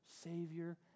savior